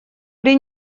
при